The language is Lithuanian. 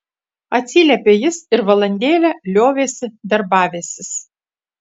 atsiliepė jis ir valandėlę liovėsi darbavęsis